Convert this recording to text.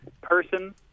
person